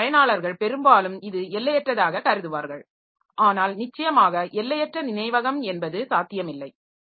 எனவே பயனாளர்கள் பெரும்பாலும் இது எல்லையற்றதாக கருதுவார்கள் ஆனால் நிச்சயமாக எல்லையற்ற நினைவகம் என்பது சாத்தியமில்லை